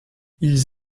ils